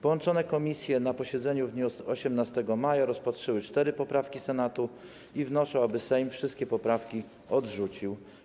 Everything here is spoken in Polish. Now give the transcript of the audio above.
Połączone komisje na posiedzeniu w dniu 18 maja rozpatrzyły cztery poprawki Senatu i wnoszą, aby Sejm wszystkie poprawki odrzucił.